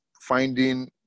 finding